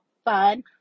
fun